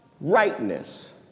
rightness